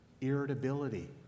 irritability